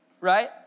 right